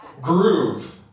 Groove